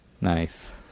nice